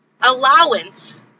allowance